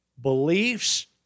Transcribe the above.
beliefs